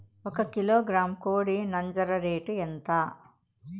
ఒక కిలోగ్రాము కోడి నంజర రేటు ఎంత?